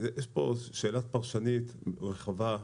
יש פה שאלה פרשנית רחבה,